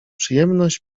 przyjemność